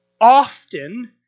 often